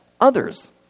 others